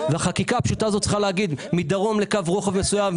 החקיקה הפשוטה הזאת צריכה להגיד: מדרום לקו רוחב מסוים,